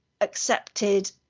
accepted